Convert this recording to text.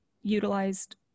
utilized